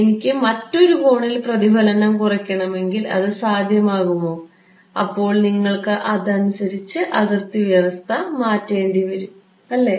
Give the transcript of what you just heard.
എനിക്ക് മറ്റൊരു കോണിൽ പ്രതിഫലനം കുറയ്ക്കണമെങ്കിൽ അത് സാധ്യമാകുമോ അപ്പോൾ നിങ്ങൾക്ക് അതിനനുസരിച്ച് അതിർത്തി വ്യവസ്ഥ മാറ്റേണ്ടിവരും അല്ലേ